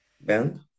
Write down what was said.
band